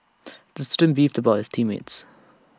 the student beefed about his team mates